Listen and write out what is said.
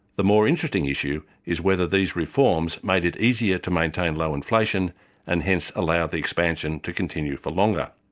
the more interesting issue is whether these reforms made it easier to maintain low inflation and hence allow the expansion to continue for longer.